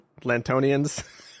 lantonians